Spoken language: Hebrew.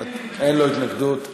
אין לו התנגדות.